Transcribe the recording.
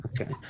okay